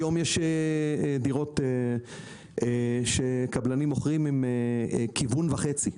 היום יש דירות שקבלנים מוכרים עם כיוון וחצי,